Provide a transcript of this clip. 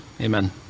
Amen